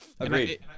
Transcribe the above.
agreed